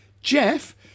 Jeff